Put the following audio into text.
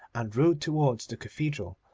and rode towards the cathedral,